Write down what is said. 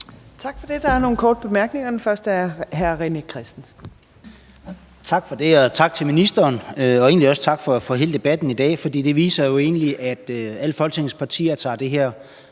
Tak for det. Der er nogle korte bemærkninger. Den første er fra hr. René Christensen. Kl. 14:45 René Christensen (DF): Tak for det, og tak til ministeren. Og egentlig også tak for hele debatten i dag, for det viser jo, at alle Folketingets partier tager det her